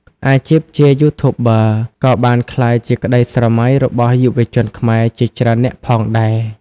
អាជីពជា Youtuber ក៏បានក្លាយជាក្តីស្រមៃរបស់យុវជនខ្មែរជាច្រើននាក់ផងដែរ។